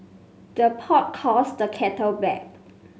the pot calls the kettle black